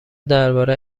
درباره